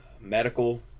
medical